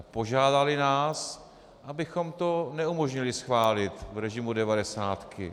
Požádali nás, abychom to neumožnili schválit v režimu devadesátky.